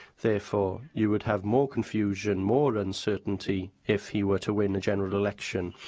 therefore, you would have more confusion, more uncertainty, if he were to win a general election.